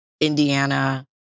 Indiana